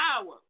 power